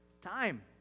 Time